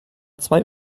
zwei